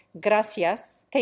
gracias